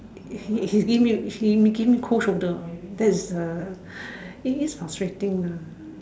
he he give me he making me cold shoulder lah that is a it is frustrating ah